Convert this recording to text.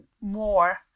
more